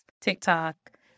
TikTok